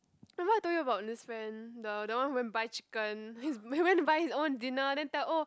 remember I told you about this friend the the one who go and buy chicken his he went to buy his own dinner then tell oh